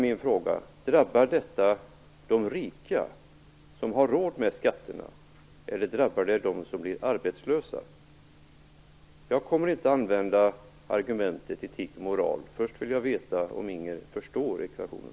Min fråga är: Drabbar detta de rika, som har råd med skatterna, eller drabbar det dem som blir arbetslösa? Jag kommer inte att använda argumentet etik och moral. Först vill jag veta om Inger Lundberg förstår ekvationen.